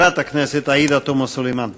ואחריו, חברת הכנסת עאידה תומא סלימאן.